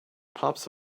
pops